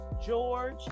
george